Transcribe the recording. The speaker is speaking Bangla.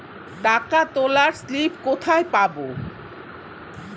টাকা তোলার স্লিপ কোথায় পাব?